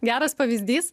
geras pavyzdys